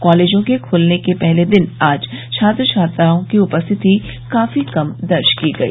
कॉलेजों के खुलने के पहले दिन आज छात्र छात्राओं की उपस्थिति काफी कम दर्ज की गई